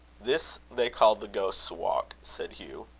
this they call the ghost's walk, said hugh.